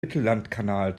mittellandkanal